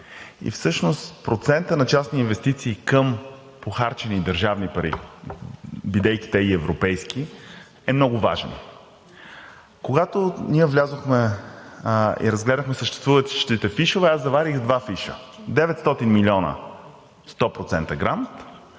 и всъщност процентът на частни инвестиции към похарчени държавни пари, бидейки те и европейски, е много важен. Когато ние влязохме и разгледахме съществуващите фишове, аз заварих два фиша – 900 милиона 100% грант